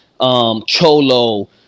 Cholo